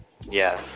Yes